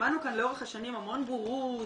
שמענו כאן לאורך השנים המון בורות,